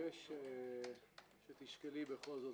מבקש שתשקלי בכל זאת,